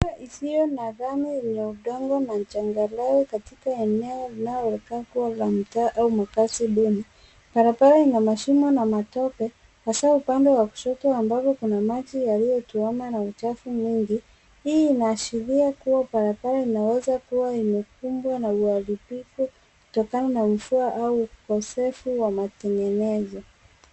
Barabara isiyo na lami ya udongo na changarawe katika eneola mtaa au makazi duni. Barabara ina mashimo na matope hasa upande wa kushoto ambapo kuna maji yaliyotuama na uchafu mwingi. Hii inaashiria kuwa barabara inaweza kuwa imekumbwa na uharibifu kutokana na mvua au ukosefu wa matengenezo.